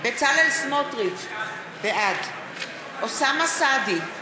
בצלאל סמוטריץ, בעד אוסאמה סעדי,